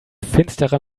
finsterer